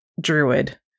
druid